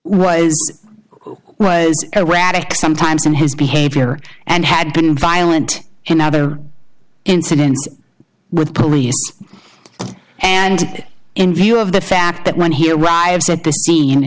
who was erratic sometimes in his behavior and had been violent in other incidents with police and in view of the fact that when he arrives at th